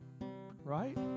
Right